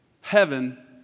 heaven